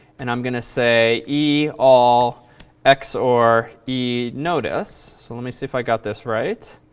and i'm going to say e all x or e notice. so let me see if i got this right.